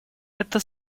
это